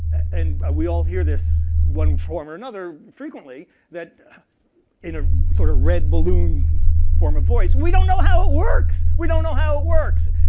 and ah we all hear this in one form or another frequently, that in a sort of red balloon form of voice, we don't know how it works! we don't know how it works!